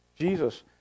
Jesus